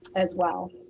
as well.